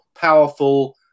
powerful